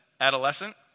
adolescent